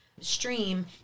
stream